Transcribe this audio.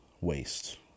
Waste